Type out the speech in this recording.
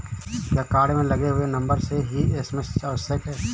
क्या कार्ड में लगे हुए नंबर से ही एस.एम.एस आवश्यक है?